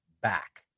back